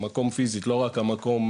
לא רק המקום,